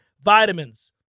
Vitamins